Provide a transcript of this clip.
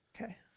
Okay